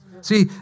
See